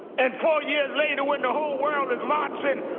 and four years later, when the whole world is marching,